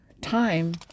time